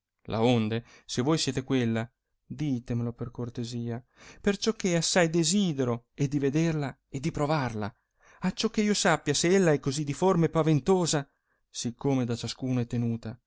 insegnare laonde se voi siete quella ditemelo per cortesia perciò che assai desidero e di vederla e di provarla acciò che io sappia se ella è così diforme e paventosa sìcome da ciascuno è tenuta